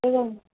एवम्